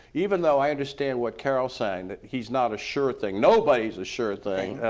even though i understand what carol's saying that he's not a sure thing, nobody's a sure thing,